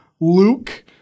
Luke